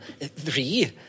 three